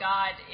God